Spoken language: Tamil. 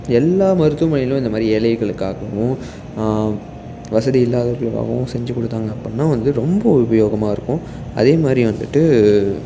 எல்லா மருத்துவமனையிலேயும் இந்த மாதிரி ஏழைகளுக்காகவும் வசதி இல்லாதவர்களுக்காகவும் செஞ்சுக் கொடுத்தாங்க அப்புடின்னா வந்து ரொம்ப உபயோகமாக இருக்கும் அதே மாதிரி வந்துவிட்டு